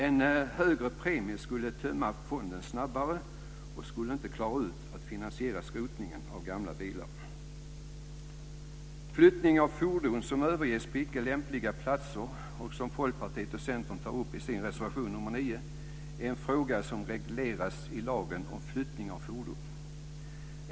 En högre premie skulle tömma fonden snabbare och skulle göra att den inte klarar av att finansiera skrotningen av gamla bilar. Flyttning av fordon som överges på icke lämpliga platser och som Folkpartiet och Centern tar upp i sin reservation nr 9 är en fråga som regleras i lagen om flyttning av fordon.